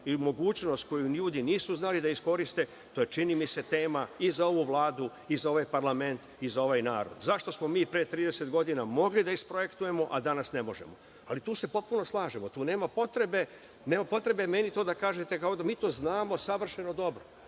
i mogućnost koju ljudi nisu znali da iskoriste? To je, čini mi, se tema i za ovu Vladu i za ovaj parlament i za ovaj narod. Zašto smo mi pre 30 godina mogli da isprojektujemo, a danas ne možemo? Ali, tu se potpuno slažemo, nema potrebe meni to da kažete kada mi to znamo savršeno dobro,